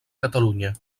catalunya